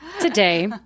today